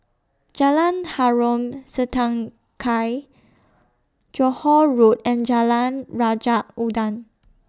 Jalan Harom Setangkai Johore Road and Jalan Raja Udang